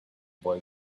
boy